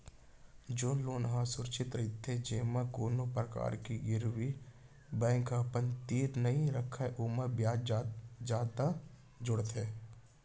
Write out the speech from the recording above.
जेन लोन ह असुरक्छित रहिथे जेमा कोनो परकार के गिरवी बेंक ह अपन तीर नइ रखय ओमा बियाज जादा जोड़थे